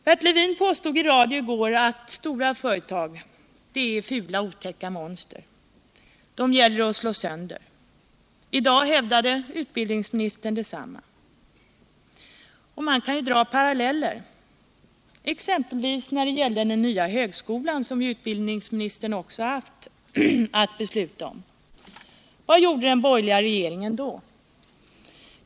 Bert Levin påstod i radio i går att stora företag är fula, otäcka monster, som det gäller att slå sönder. I dag hävdar utbildningsministern detsamma. Man kan dra paralleller, exempelvis den nya högskolan som utbildningsministern också har haft att besluta om. Vad gjorde den borgerliga regeringen då?